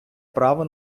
право